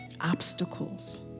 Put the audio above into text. obstacles